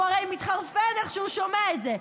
הוא הרי מתחרפן איך שהוא שומע את זה.